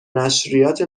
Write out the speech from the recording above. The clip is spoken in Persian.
نشریات